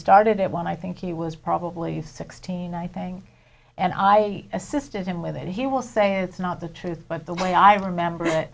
started it when i think he was probably sixteen i think and i assisted him with it he will say it's not the truth but the way i remember that